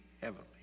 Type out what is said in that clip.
heavily